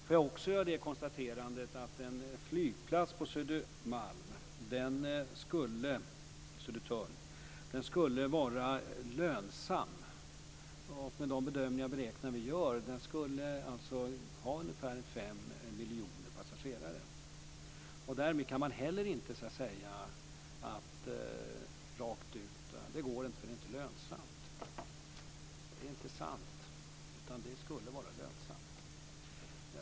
Jag vill också konstatera att en flygplats på Södertörn skulle vara lönsam. Enligt de bedömningar och beräkningar som vi gör skulle den ha ungefär fem miljoner passagerare. Därmed kan man inte rakt ut säga att det inte går och att det inte är lönsamt. Det är inte sant.